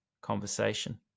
conversation